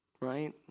Right